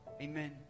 amen